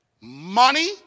Money